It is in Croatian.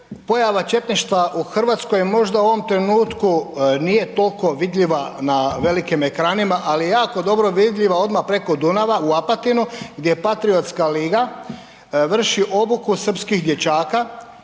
pojava četništva u Hrvatskoj je možda u ovom trenutku nije toliko vidljiva na velikim ekranima, ali je jako dobro vidljiva odmah preko Dunava u Apatinu gdje patriotska liga vrši obuku srpskih dječaka